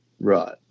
Right